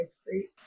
street